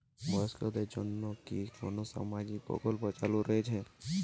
বয়স্কদের জন্য কি কোন সামাজিক প্রকল্প চালু রয়েছে?